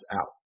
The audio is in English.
out